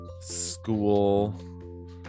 school